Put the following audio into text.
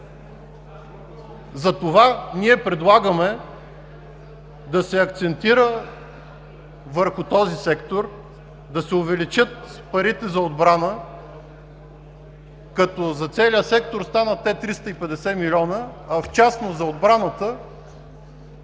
Затова ние предлагаме да се акцентира върху този сектор, да се увеличат парите за отбрана, като за целия сектор те станат 350 млн. лв., а в частност за отбраната